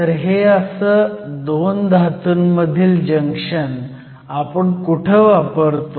तर हे असं 2 धातूंमधील जंक्शन आपण कुठं वापरतो